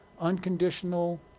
unconditional